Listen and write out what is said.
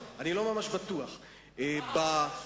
ואני שואל מה הם מקבלים, הוא אומר לי, טוב,